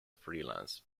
freelance